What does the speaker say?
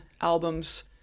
albums